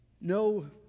No